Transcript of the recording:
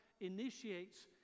initiates